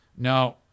No